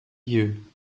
you